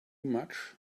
much